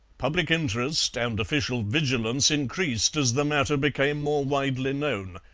public interest and official vigilance increased as the matter became more widely known,